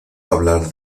hablar